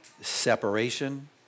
Separation